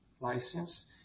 license